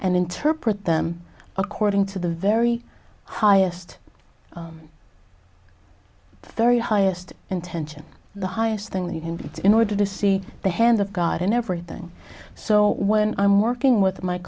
and interpret them according to the very highest thirty highest intention the highest thing that you can do in order to see the hand of god in everything so when i'm working with my